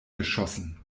geschossen